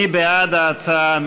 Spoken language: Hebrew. מי בעד ההצעה?